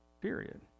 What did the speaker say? Period